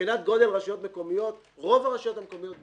מבחינת גודל רשויות מקומיות רוב הרשויות המקומיות בישראל,